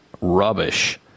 rubbish